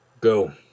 Go